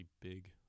Big